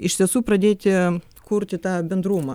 iš tiesų pradėti kurti tą bendrumą